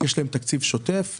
יש להן תקציב שוטף,